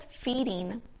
feeding